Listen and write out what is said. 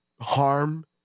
harm